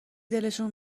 دلشون